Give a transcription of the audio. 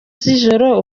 z’ijoro